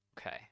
Okay